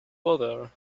butter